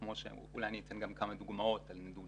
כמו שאולי אני אתן גם כמה דוגמאות על נדודים